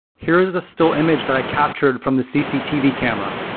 here is a still image that i captured from the cctv camera.